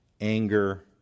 anger